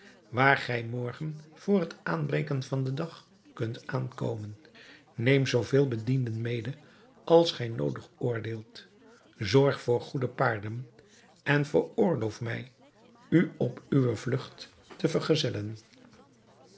waar gij morgen vr het aanbreken van den dag kunt aankomen neem zoo vele bedienden mede als gij noodig oordeelt zorg voor goede paarden en veroorloof mij u op uwe vlugt te vergezellen